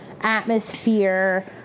atmosphere